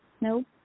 No